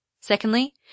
secondly